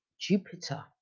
jupiter